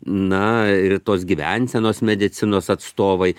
na ir tos gyvensenos medicinos atstovai